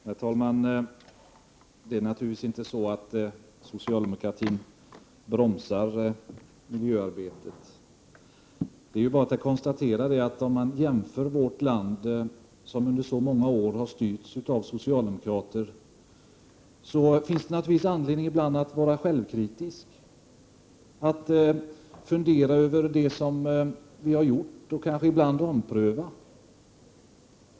Herr talman! Det är naturligtvis inte så att socialdemokratin bromsar miljöarbetet. Det är bara att konstatera att om man ser på vårt land, som under så många år har styrts av socialdemokrater, finns det naturligtvis anledning att ibland vara självkritisk, fundera över det som vi har gjort och ibland göra omprövningar.